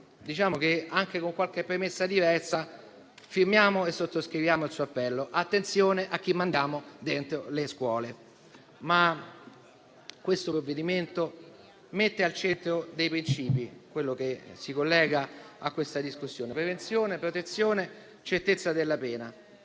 Pertanto, anche con qualche premessa diversa, firmiamo e sottoscriviamo il suo appello: attenzione a chi mandiamo dentro le scuole. Il provvedimento in esame mette al centro dei principi che si collegano a questa discussione: prevenzione, protezione, certezza della pena.